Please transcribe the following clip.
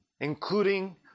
including